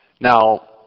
Now